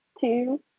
two